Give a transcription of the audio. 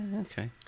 okay